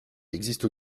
existe